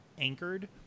anchored